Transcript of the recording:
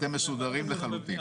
אתם מסודרים לחלוטין.